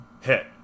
Hit